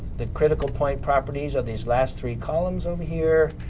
the critical point properties are these last three columns over here,